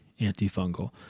antifungal